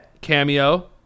Cameo